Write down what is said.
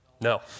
No